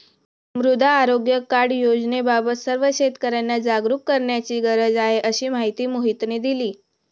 मृदा आरोग्य कार्ड योजनेबाबत सर्व शेतकर्यांना जागरूक करण्याची गरज आहे, अशी माहिती मोहितने दिली